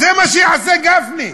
זה מה שיעשה גפני.